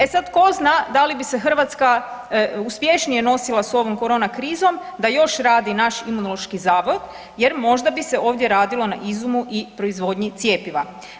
E sad, ko zna da li bi se Hrvatska uspješnije nosila s ovom korona krizom da još radi naš Imunološki zavod jer možda bi se ovdje radilo na izumu i proizvodnji cjepiva?